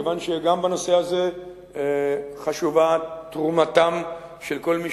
כיוון שגם בנושא הזה חשובה תרומתם של כל מי